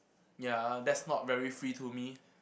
ya that's not very free to me